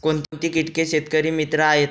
कोणती किटके शेतकरी मित्र आहेत?